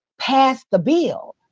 pass the bill.